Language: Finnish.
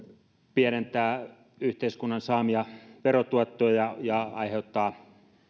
pienentävät yhteiskunnan saamia verotuottoja ja aiheuttavat